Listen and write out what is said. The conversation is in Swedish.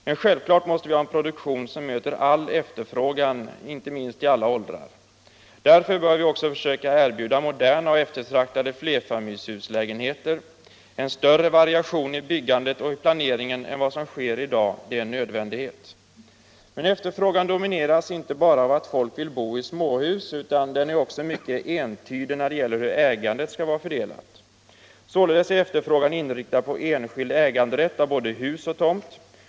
Men självklart måste vi ha en produktion som möter all efterfrågan, inte minst i alla åldrar. Därför bör vi också försöka erbjuda moderna eftertraktade lägenheter i flerfamiljshus och större variation i byggandet och planeringen än vad som är fallet i dag. Det är en nödvändighet. Men efterfrågan domineras inte bara av att folk vill bo i småhus utan den är också mycket entydig när det gäller hur ägandet skall vara fördelat. Således är efterfrågan inriktad på enskild äganderätt till både hus och tomt.